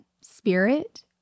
spirit